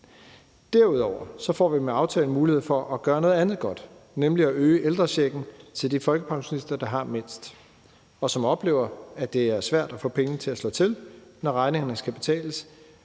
Derudover får vi med aftalen mulighed for at gøre noget andet godt, nemlig at øge ældrechecken til de folkepensionister, der har mindst, og som oplever, at det er svært at få pengene til at slå til, når regningerne skal betales,